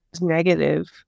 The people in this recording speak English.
negative